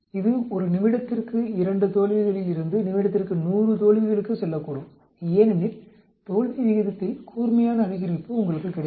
இது ஒரு நிமிடத்திற்கு 2 தோல்விகளில் இருந்து நிமிடத்திற்கு 100 தோல்விகளுக்கு செல்லக்கூடும் ஏனெனில் தோல்வி விகிதத்தில் கூர்மையான அதிகரிப்பு உங்களுக்குக் கிடைக்கும்